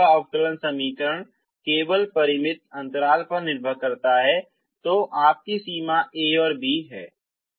यदि आपका अवकलन समीकरण केवल परिमित अंतराल पर निर्भर करता है तो आपकी सीमा a और b है